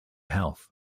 health